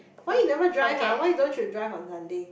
why you never drive ha why don't you drive on Sunday